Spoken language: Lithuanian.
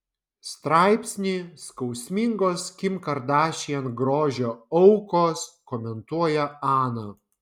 straipsnį skausmingos kim kardashian grožio aukos komentuoja ana